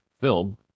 film